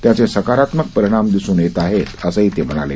त्याचे सकारात्मक परिणाम दिसून येत आहेत असं ते म्हणाले